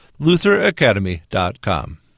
lutheracademy.com